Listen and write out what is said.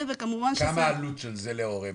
מהי העלות להורה בסוף?